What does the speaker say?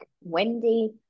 Wendy